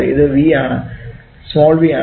ഇത് v ആണ്